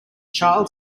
child